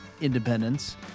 independence